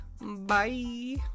Bye